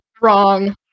Wrong